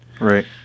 Right